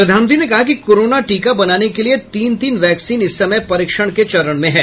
प्रधानमंत्री ने कहा कि कोरोना टीका बनाने के लिये तीन तीन वैक्सीन इस समय परीक्षण के चरण में हैं